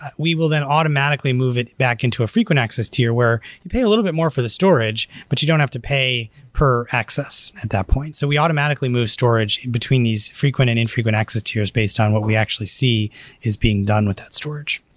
we will then automatically move it back into a frequent access tier, where you may a little bit more for the storage, but you don't have to pay per access at that point. so we automatically move storage between these frequent and infrequent access tiers based on what we actually see is being done with that storage.